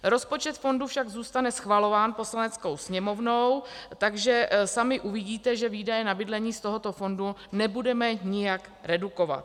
Rozpočet fondu však zůstane schvalován Poslaneckou sněmovnou, takže sami uvidíte, že výdaje na bydlení z tohoto fondu nebudeme nijak redukovat.